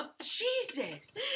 Jesus